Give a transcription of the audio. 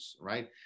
right